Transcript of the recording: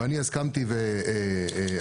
ואני הסכמתי ואמרתי,